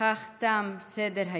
בכך תם סדר-היום.